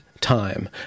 Time